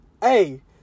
hey